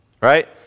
right